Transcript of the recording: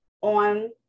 on